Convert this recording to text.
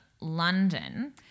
London